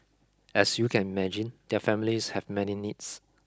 as you can imagine their families have many needs